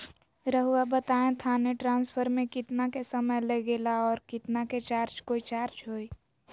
रहुआ बताएं थाने ट्रांसफर में कितना के समय लेगेला और कितना के चार्ज कोई चार्ज होई?